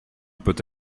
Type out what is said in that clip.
peut